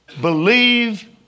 believe